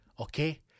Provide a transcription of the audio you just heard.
Okay